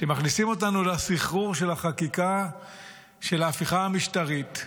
שמכניסים אותנו לסחרור של החקיקה של ההפיכה המשטרתית